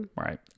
Right